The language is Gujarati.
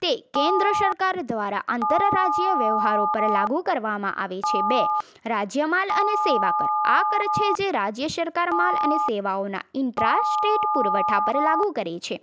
તે કેન્દ્ર સરકાર દ્વારા આંતર રાજ્ય વ્યવહારો પર લાગુ કરવામાં આવે છે બે રાજ્ય માલ અને સેવા કર આ કર છે જે રાજ્ય સરકાર માલ અને સેવાઓના ઇન્ટ્રાસ્ટેટ પુરવઠા પર લાગુ કરે છે